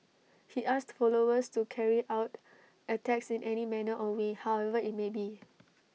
he asked followers to carry out attacks in any manner or way however IT may be